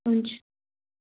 हुन्छ